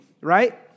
right